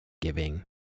giving